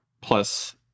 plus